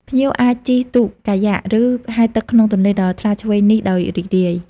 ភ្ញៀវអាចជិះទូកកាយ៉ាក់ ឬហែលទឹកក្នុងទន្លេដ៏ថ្លាឈ្វេងនេះដោយរីករាយ។